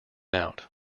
out